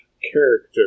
character